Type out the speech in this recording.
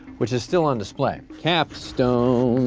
which is still on display. capstone.